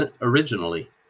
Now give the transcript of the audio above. originally